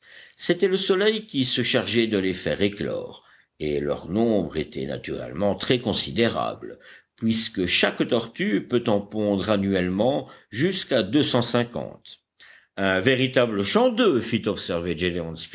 c'était le soleil qui se chargeait de les faire éclore et leur nombre était naturellement très considérable puisque chaque tortue peut en pondre annuellement jusqu'à deux cent cinquante un véritable champ d'oeufs fit